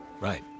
right